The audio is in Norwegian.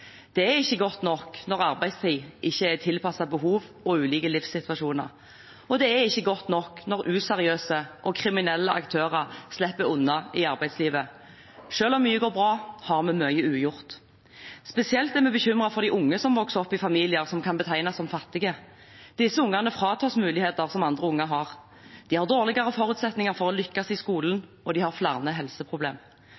Det er ikke godt nok når arbeidstiden ikke er tilpasset behov og ulike livssituasjoner. Og det er ikke godt nok når useriøse og kriminelle aktører slipper unna i arbeidslivet. Selv om mye går bra, har vi mye ugjort. Spesielt er vi bekymret for de ungene som vokser opp i familier som kan betegnes som fattige. Disse ungene fratas muligheter som andre unger har. De har dårligere forutsetninger for å lykkes i skolen,